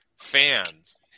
Fans